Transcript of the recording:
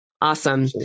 awesome